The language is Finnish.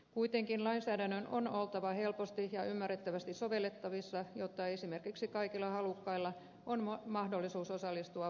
kuitenkin lainsäädännön on oltava helposti ja ymmärrettävästi sovellettavissa jotta esimerkiksi kaikilla halukkailla on mahdollisuus osallistua vaaleihin